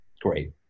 great